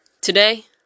today